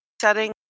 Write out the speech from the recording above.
setting